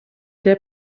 der